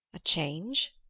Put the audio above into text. a change?